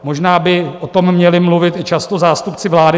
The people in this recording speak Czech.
Možná by o tom měli mluvit i často zástupci vlády.